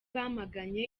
bamaganye